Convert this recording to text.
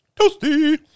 toasty